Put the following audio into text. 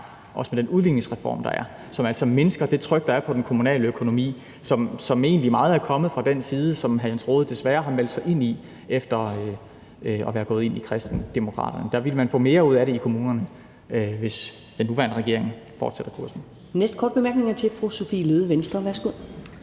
også med den udligningsreform, der er, og som altså mindsker det tryk, der er på den kommunale økonomi, og som egentlig meget er kommet fra den side, som hr. Jens Rohde desværre har meldt sig ind i efter at være gået ind i Kristendemokraterne. Der vil man få mere ud af det i kommunerne, hvis den nuværende regering fortsætter kursen. Kl. 10:24 Første næstformand (Karen